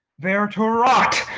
there to rot,